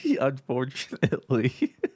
Unfortunately